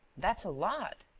that's a lot.